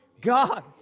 God